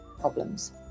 problems